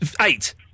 Eight